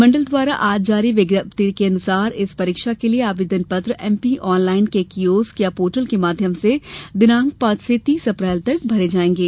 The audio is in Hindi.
मंडल द्वारा आज जारी विज्ञप्ति के अनुसार इस परीक्षा के लिए आवेदन पत्र एमपीआनलाईन के कियोस्क या पोर्टल के माध्यम से दिनांक पांच से तीस अप्रैल तक भरे जाएंगे